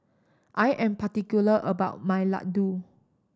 I am particular about my laddu